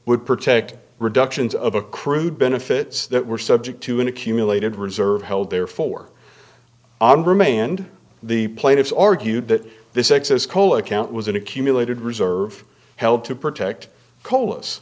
would protect reductions of accrued benefits that were subject to an accumulated reserve held there for and the plaintiffs argued that this excess coal account was an accumulated reserve held to protect colas